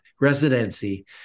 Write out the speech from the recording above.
residency